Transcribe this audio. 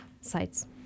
sites